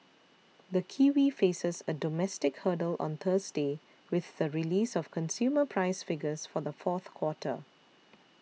the kiwi faces a domestic hurdle on Thursday with the release of consumer price figures for the fourth quarter